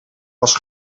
was